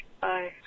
Bye